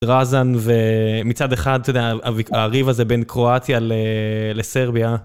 רזן ומצד אחד, אתה יודע, הריב הזה בין קרואטיה לסרביה.